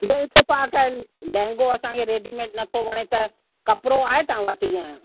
जे इत्तफाकनि लेहंगो असांखे रेडीमेड न थो वणे त कपिड़ो आहे तव्हां वटि ईअं